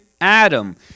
Adam